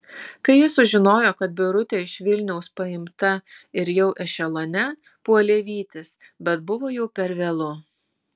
kai jis sužinojo kad birutė iš vilniaus paimta ir jau ešelone puolė vytis bet buvo jau per vėlu